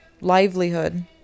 livelihood